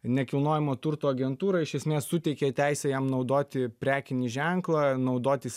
nekilnojamo turto agentūra iš esmės suteikia teisę jam naudoti prekinį ženklą naudotis